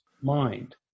mind